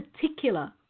particular